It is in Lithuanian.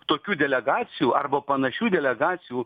tokių delegacijų arba panašių delegacijų